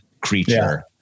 creature